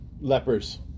lepers